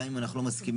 גם אם אנחנו לא מסכימים,